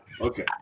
Okay